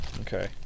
okay